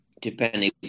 depending